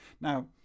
Now